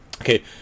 Okay